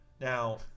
Now